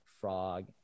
frog